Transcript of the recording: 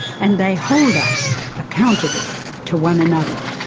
and they hold us accountable to one another.